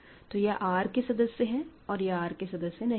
तो यह R के सदस्य हैं और यह R के सदस्य नहीं है